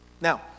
Now